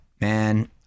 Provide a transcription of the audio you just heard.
man